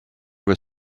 were